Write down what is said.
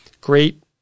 Great